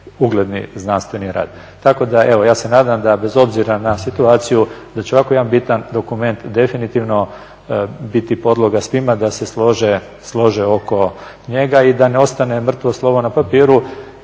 ugledni znanstveni rad. Tako da evo ja se nadam da bez obzira na situaciju da će ovako jedan bitan dokument definitivno biti podloga svima da se slože oko njega i da ne ostane mrtvo slovo na papiru